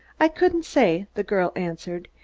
i couldn't say, the girl answered.